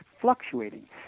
fluctuating